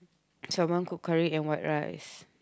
does your mom cook curry and white rice